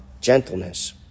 gentleness